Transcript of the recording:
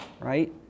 right